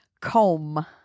Comb